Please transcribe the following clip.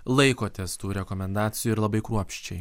laikotės tų rekomendacijų ir labai kruopščiai